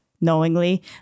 knowingly